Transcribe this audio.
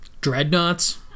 Dreadnoughts